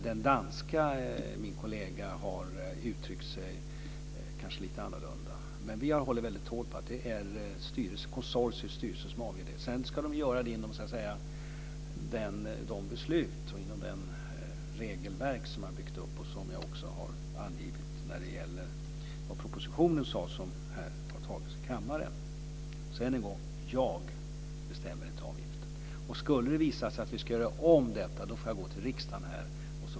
Min danska kollega har kanske uttryckt sig lite annorlunda. Vi har hållit hårt på att det är konsortiets styrelse som avgör frågan. Det ska de göra inom ramen för det regelverk som har byggts upp. Det framgår i den proposition som har antagits i kammaren. Än en gång: Jag bestämmer inte avgiften. Skulle det visa sig att vi ska göra om detta, får jag gå till riksdagen.